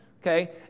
okay